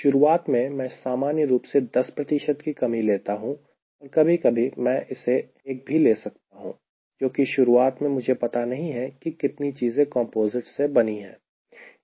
शुरुआत में मैं सामान्य रूप से 10 की कमी लेता हूं और कभी कभी मैं इसे एक भी ले सकता हूं क्योंकि शुरुआत में मुझे पता नहीं है कि कितनी चीजें कंपोजिट्स से बनी हैं